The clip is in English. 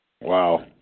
Wow